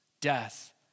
death